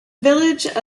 village